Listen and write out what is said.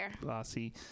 Glossy